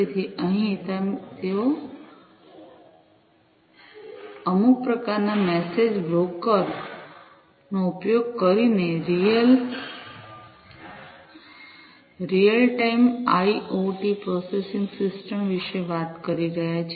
તેથી અહીં તેઓ અમુક પ્રકારના મેસેજ બ્રોકર નો ઉપયોગ કરીને real time IoT processing system વિશે વાત કરી રહ્યા છે